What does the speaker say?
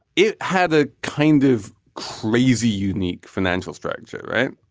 it had a kind of crazy, unique financial structure, right?